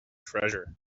treasure